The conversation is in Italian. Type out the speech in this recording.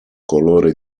colore